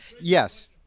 Yes